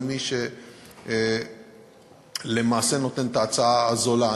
זה מי שלמעשה נותן את ההצעה הזולה.